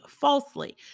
falsely